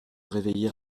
réveiller